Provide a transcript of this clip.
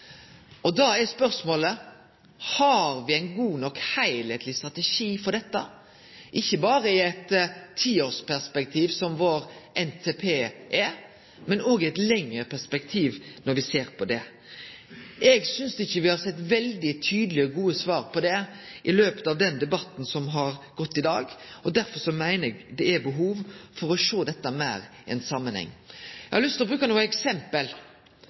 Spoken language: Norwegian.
byar. Da er spørsmålet: Har me ein god nok heilskapleg strategi for dette – ikkje berre i eit tiårsperspektiv, som Nasjonal transportplan, men òg i eit lenger perspektiv, når vi ser på det? Eg synest ikkje me har fått veldig tydelege og gode svar på det i løpet av debatten i dag, og derfor meiner eg det er behov for å sjå dette meir i ein samanheng. Eg har lyst til å bruke nokre eksempel.